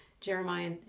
Jeremiah